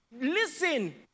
Listen